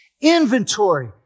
Inventory